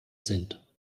sind